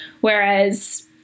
Whereas